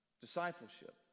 discipleship